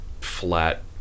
flat